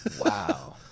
Wow